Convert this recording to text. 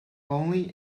only